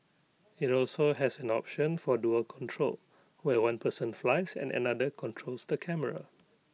IT also has an option for dual control where one person flies and another controls the camera